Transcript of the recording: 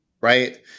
right